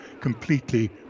completely